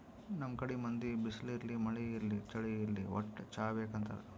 ನಮ್ ಕಡಿ ಮಂದಿ ಬಿಸ್ಲ್ ಇರ್ಲಿ ಮಳಿ ಇರ್ಲಿ ಚಳಿ ಇರ್ಲಿ ವಟ್ಟ್ ಚಾ ಬೇಕ್ ಅಂತಾರ್